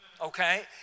Okay